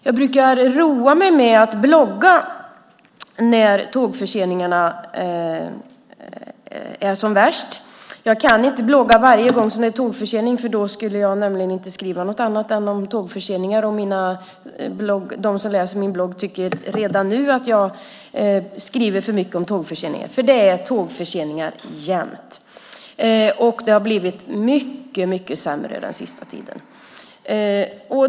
Jag brukar roa mig med att blogga när tågförseningarna är som värst. Jag kan inte blogga varje gång det är tågförsening; då skulle jag nämligen inte skriva om något annat än tågförseningar. De som läser min blogg tycker redan nu att jag skriver för mycket om tågförseningar. Det är tågförseningar jämt, och det har blivit mycket sämre den sista tiden.